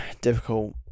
difficult